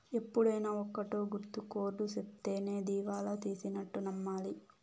ఎప్పుడైనా ఒక్కటే గుర్తు కోర్ట్ సెప్తేనే దివాళా తీసినట్టు నమ్మాలి